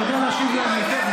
אני יודע להשיב להם היטב,